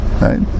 Right